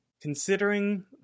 considering